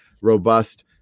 robust